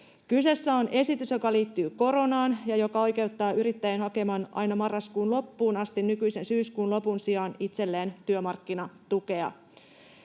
Kyseessä on esitys, joka liittyy koronaan ja joka oikeuttaa yrittäjän hakemaan aina marraskuun loppuun asti nykyisen syyskuun lopun sijaan itselleen työmarkkinatukea.